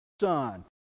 son